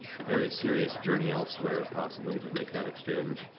a very serious journey elsewhere, possibly, to make that exchange.